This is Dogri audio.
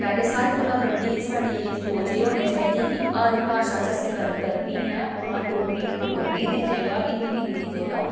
पैह्लें सारें कोला बड्डी साढ़ी सोच एह् होनी चाहिदी कि हर भाशा च असें गल्ल करनी ऐ गां डोगरी डोगरी दी जगह् हिंदी हिंदी दी जगह्